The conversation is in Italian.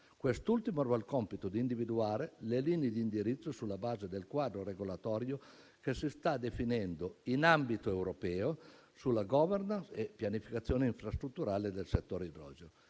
Quest'ultimo avrà il compito di individuare le linee di indirizzo sulla base del quadro regolatorio che si sta definendo in ambito europeo sulla *governance* e pianificazione infrastrutturale del settore idrogeno.